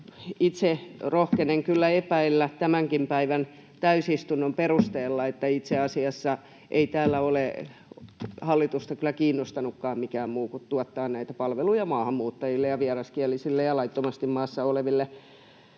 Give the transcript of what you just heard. Itse rohkenen kyllä epäillä tämänkin päivän täysistunnon perusteella, että itse asiassa ei täällä ole hallitusta kyllä kiinnostanutkaan mikään muu kuin tuottaa näitä palveluja maahanmuuttajille ja vieraskielisille ja laittomasti maassa oleville,